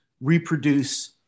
reproduce